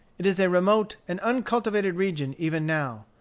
it is a remote and uncultivated region even now.